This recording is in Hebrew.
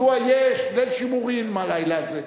מדוע יש ליל שימורים הלילה הזה?